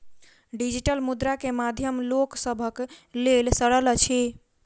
digital मुद्रा के माध्यम लोक सभक लेल सरल अछि